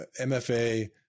MFA